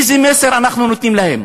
איזה מסר אנחנו נותנים להם?